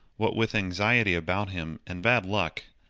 what with anxiety about him, and bad luck,